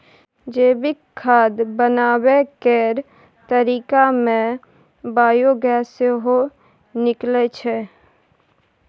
जैविक खाद बनाबै केर तरीका मे बायोगैस सेहो निकलै छै